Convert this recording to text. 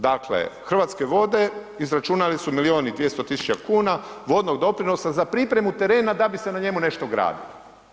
Dakle Hrvatske vode, izračunali su milijun i 200 tisuća kuna vodnog doprinosa za pripremu terena da bi se na njemu nešto gradilo.